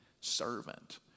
servant